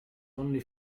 only